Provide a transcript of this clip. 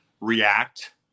react